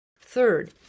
Third